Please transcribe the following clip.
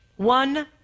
One